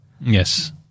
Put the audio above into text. Yes